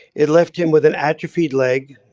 it left him with an atrophied leg,